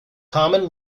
common